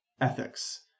ethics